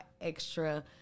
extra